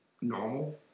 normal